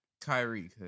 Kyrie